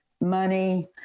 Money